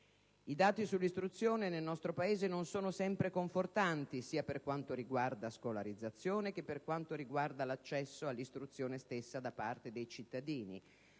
I dati sull'istruzione nel nostro Paese non sono sempre confortanti, per quanto riguarda sia la scolarizzazione che l'accesso all'istruzione stessa da parte dei cittadini.